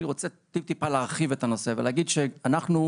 אני רוצה טיפה להרחיב את הנושא ולהגיד שאנחנו,